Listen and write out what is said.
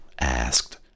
asked